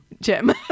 Jim